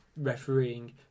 refereeing